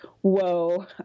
whoa